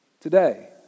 today